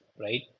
Right